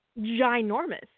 ginormous